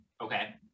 Okay